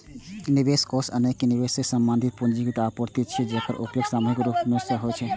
निवेश कोष अनेक निवेशक सं संबंधित पूंजीक आपूर्ति छियै, जेकर उपयोग सामूहिक रूप सं होइ छै